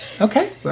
Okay